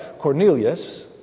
Cornelius